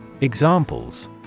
Examples